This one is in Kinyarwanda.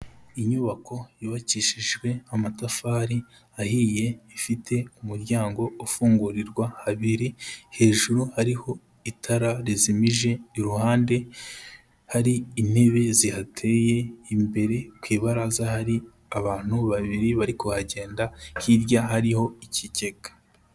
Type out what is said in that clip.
Inyubako yubakishijwe amatafari ahiye, ifite umuryango ufungurirwa habiri, hejuru hariho itara rizimije, iruhande hari intebe zihateye, imbere ku ibaraza hari abantu babiri bari kuhagenda, hirya hariho ikigega.